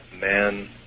man